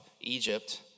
Egypt